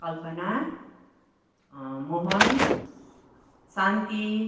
कल्पना Mohan शान्ति